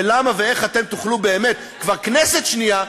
ואיך אתם תוכלו באמת, כבר כנסת שנייה,